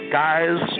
guys